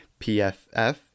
PFF